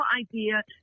idea